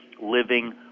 living